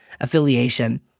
affiliation